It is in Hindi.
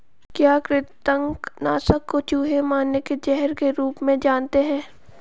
क्या कृतंक नाशक को चूहे मारने के जहर के रूप में जानते हैं?